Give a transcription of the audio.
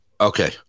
okay